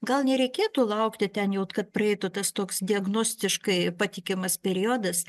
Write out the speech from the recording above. gal nereikėtų laukti ten jau kad praeitų tas toks diagnostiškai patikimas periodas